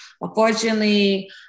unfortunately